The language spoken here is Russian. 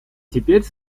теперь